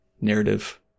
narrative